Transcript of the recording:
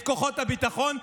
את כוחות הביטחון,